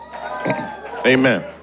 Amen